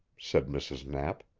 said mrs. knapp.